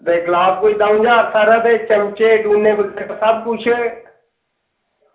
ते गलास कोई दं'ऊ ज्हार हारा ते चिम्मचे डूने बगैरा सब कुछ